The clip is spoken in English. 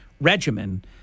regimen